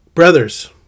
Brothers